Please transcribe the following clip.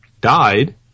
died